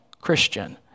christian